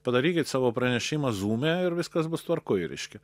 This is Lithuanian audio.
padarykit savo pranešimą zūme ir viskas bus tvarkoj reiškia